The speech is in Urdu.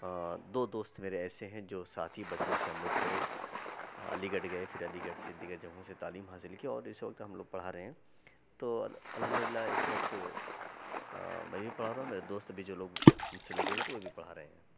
دو دوست میرے ایسے ہیں جو ساتھ ہی بچپن سے ہم لوگ پڑھے علی گڑھ گیے پھر علی گڑھ سے دیگر جگہوں سے تعلیم حاصل کی اور اس وقت ہم لوگ پڑھا رہے ہیں تو الحمد للہ اس وقت میں بھی پڑھا رہا ہوں میرے دوست بھی جو لوگ مجھ سے لگے ہوئے تھے وہ بھی پڑھا رہے ہیں